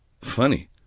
Funny